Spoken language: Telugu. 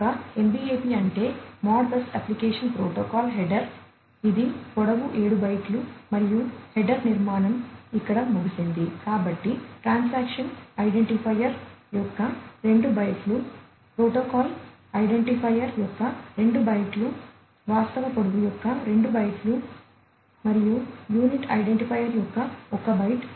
ఒక MBAP అంటే మోడ్బస్ అప్లికేషన్ ప్రోటోకాల్ హెడర్ యొక్క 2 బైట్లు ప్రోటోకాల్ ఐడెంటిఫైయర్ యొక్క 2 బైట్లు వాస్తవ పొడవు యొక్క 2 బైట్లు మరియు యూనిట్ ఐడెంటిఫైయర్ యొక్క 1 బైట్